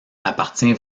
appartient